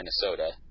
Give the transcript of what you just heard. Minnesota